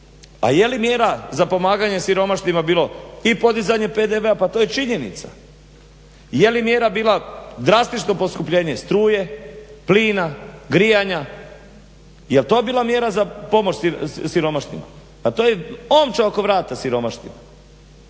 a je li mjera za pomaganje siromašnima bilo i podizanje PDV-a pa to je činjenica, je li mjera bila drastično poskupljenje struje, plina, grijanja, jel to bila mjera za pomoć siromašnima? Pa to je omča oko vrata siromašnima.